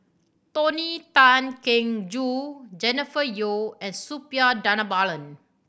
Tony Tan Keng Joo Jennifer Yeo and Suppiah Dhanabalan